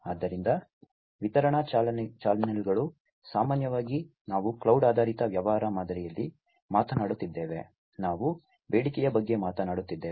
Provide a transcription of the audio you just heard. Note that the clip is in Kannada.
ಆದ್ದರಿಂದ ವಿತರಣಾ ಚಾನೆಲ್ಗಳು ಸಾಮಾನ್ಯವಾಗಿ ನಾವು ಕ್ಲೌಡ್ ಆಧಾರಿತ ವ್ಯವಹಾರ ಮಾದರಿಯಲ್ಲಿ ಮಾತನಾಡುತ್ತಿದ್ದೇವೆ ನಾವು ಬೇಡಿಕೆಯ ಬಗ್ಗೆ ಮಾತನಾಡುತ್ತಿದ್ದೇವೆ